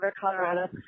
Colorado